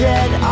Dead